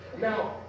now